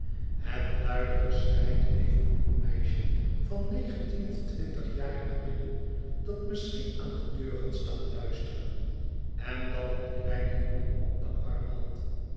het luide geschrei dreef een jong meisje van negentien of twintig jaren naar binnen datmisschien aan de deur had staan luisteren en dat een kleinen jongen op den arm had